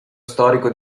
storico